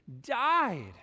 died